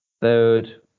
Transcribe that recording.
third